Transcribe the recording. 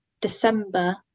December